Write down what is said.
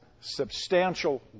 substantial